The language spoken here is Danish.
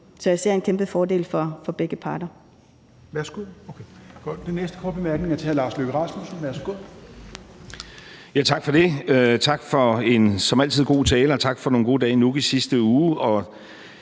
Så jeg ser en kæmpe fordel for begge parter.